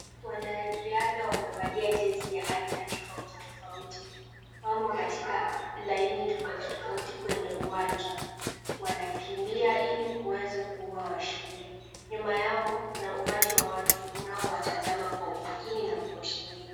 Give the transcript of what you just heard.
Wanariadha wamevalia jezi ya aina tofauti tofauti. Wamo katika laini tofauti tofauti kwenye uwanja. Wanakimbia ili kuweza kuwa washindi. Nyuma yao kuna umati wa watu unaowatazama kwa umakini na kuwashangilia.